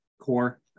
core